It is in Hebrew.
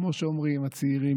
כמו שאומרים הצעירים,